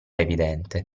evidente